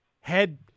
head